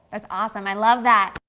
that's awesome, i love that.